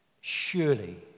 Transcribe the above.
Surely